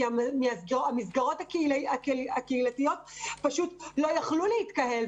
כי המסגרות הקהילתיות פשוט לא יכלו להתקהל,